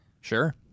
Sure